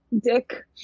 dick